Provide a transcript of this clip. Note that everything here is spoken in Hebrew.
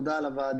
תודה על הדיון.